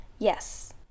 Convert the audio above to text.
Yes